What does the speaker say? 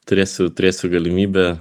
turėsiu turėsiu galimybę